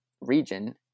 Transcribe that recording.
region